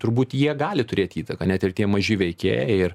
turbūt jie gali turėt įtaką net ir tie maži veikėjai ir